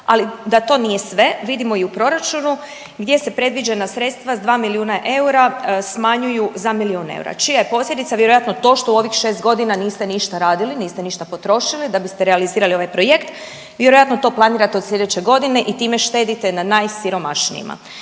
ali da to nije sve vidimo i u proračunu gdje se predviđena sredstva s 2 miliona eura smanjuju za milijun eura čija je posljedica vjerojatno to što u ovih 6 godina niste ništa radili, niste ništa potrošili da biste realizirali ovaj projekt i vjerojatno to planirate od slijedeće godine i time štedite na najsiromašnijima.